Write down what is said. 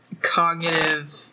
cognitive